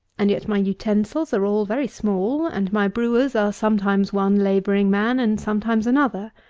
and yet my utensils are all very small and my brewers are sometimes one labouring man, and sometimes another.